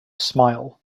smile